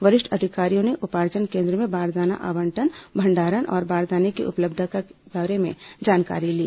वरिष्ठ अधिकारियों ने उपार्जन केन्द्र में बारदाना आबंटन भंडारण और बारदाने की उपलब्धता के बारे में जानकारी ली